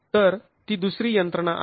तर ती दुसरी यंत्रणा आहे